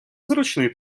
зручний